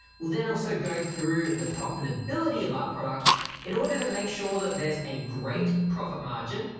we'll then also go through the profitability of our products in order to make sure that there's a great profit margin.